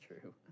true